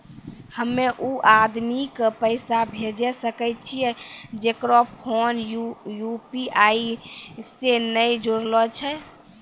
हम्मय उ आदमी के पैसा भेजै सकय छियै जेकरो फोन यु.पी.आई से नैय जूरलो छै?